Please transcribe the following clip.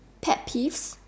pet peeves